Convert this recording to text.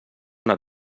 una